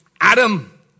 Adam